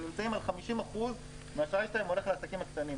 50% מהאשראי שלהם הולך לעסקים הקטנים,